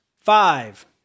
five